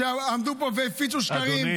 שעמדו פה והפיצו שקרים.